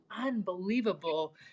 unbelievable